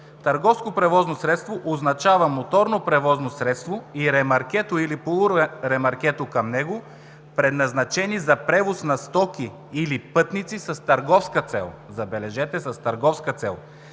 Търговско средство означава моторно превозно средство и ремаркето или полуремаркето към него, предназначени за превоз на стоки или пътници с търговска цел, забележете, с търговска цел